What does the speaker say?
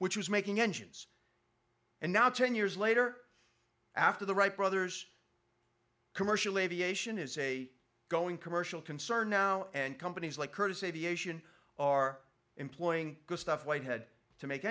which was making engines and now ten years later after the wright brothers commercial aviation is a going commercial concern now and companies like curtis aviation are employing good stuff whitehead to make